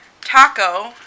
taco